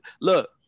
Look